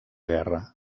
guerra